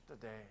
today